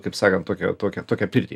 kaip sakant tokią tokią tokią pirtį